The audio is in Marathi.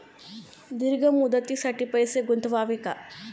दीर्घ मुदतीसाठी पैसे गुंतवावे का?